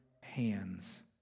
hands